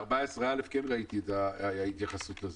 בסעיף 14א ראיתי את ההתייחסות הזאת.